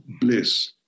bliss